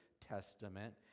Testament